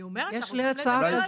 אני אומרת שאנחנו צריכים לדבר על זה.